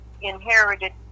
inherited